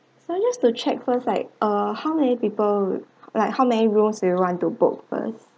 so just to check first like uh how many people like how many rooms you want to book first